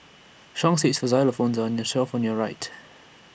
seeds for xylophones are on the shelf on your right